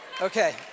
okay